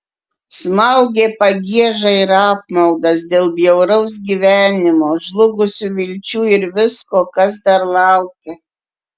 smaugė pagieža ir apmaudas dėl bjauraus gyvenimo žlugusių vilčių ir visko kas dar laukia